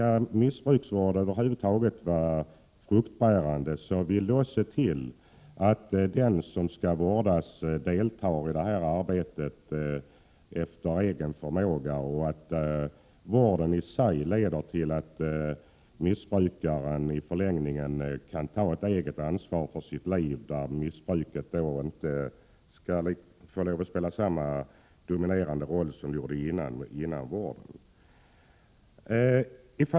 Om missbrukarvård över huvud taget skall vara fruktbärande vill det till att den som skall vårdas deltar i arbetet efter egen förmåga och att vården i sig leder till att missbrukaren i förlängningen kan ta ett eget ansvar för sitt liv, där missbruket inte får spela samma dominerande roll som före vården.